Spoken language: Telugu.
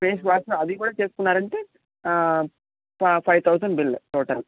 ఫేస్ వాష్ అది కూడా చేసుకున్నారంటే ఫైవ్ థౌజండ్ బిల్ టోటల్